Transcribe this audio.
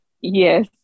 yes